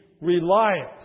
reliant